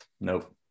Nope